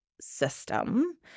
system